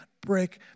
Break